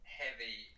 heavy